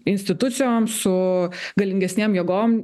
institucijom su galingesnėm jėgom